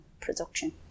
production